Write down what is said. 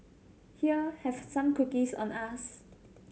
here have some cookies on us